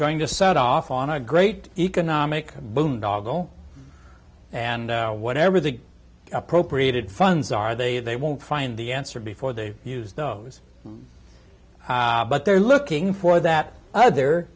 going to set off on a great economic boondoggle and whatever the appropriated funds are they they won't find the answer before they use those but they're looking for that other